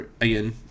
again